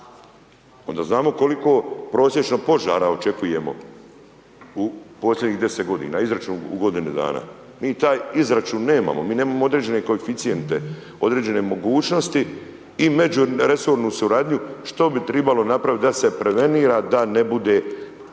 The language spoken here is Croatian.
ona znamo koliko prosječno požara očekujemo u posljednjih 10 godina, izračun u godini dana, mi taj izračun nemamo mi nemamo određene koeficijente, određene mogućnosti i međuresornu suradnju što bi tribalo napravit da se previnira da ne bude